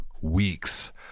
weeks